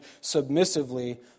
submissively